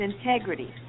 integrity